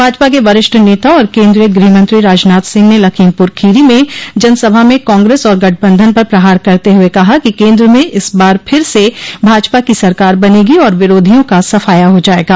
भाजपा के वरिष्ठ नेता और केन्द्रीय गृहमंत्री राजनाथ सिंह ने लखीमपुर खीरी में जनसभा में कांग्रेस और गठबंधन पर प्रहार करते हुए कहा कि केन्द्र में इस बार फिर से भाजपा की सरकार बनेगी और विरोधियों का सफाया हो जायेगा